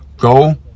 Go